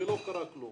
ולא קרה כלום.